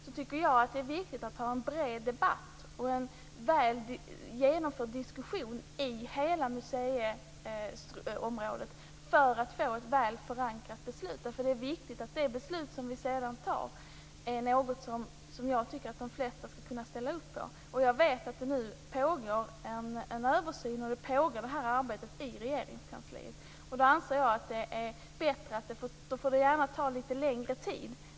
Det är viktigt att ha en bred debatt och en väl genomförd diskussion inom hela museiområdet för att få ett väl förankrat beslut. Det är viktigt att det beslut som vi sedan fattar är något som de flesta skall kunna ställa upp på. Jag vet att det nu pågår en översyn och ett arbete i Regeringskansliet. Då får det gärna ta lite längre tid.